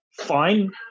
fine